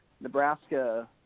Nebraska